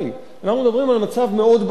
אנחנו מדברים על מצב מאוד בעייתי,